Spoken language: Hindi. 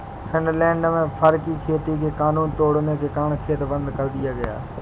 फिनलैंड में फर की खेती के कानून तोड़ने के कारण खेत बंद कर दिया गया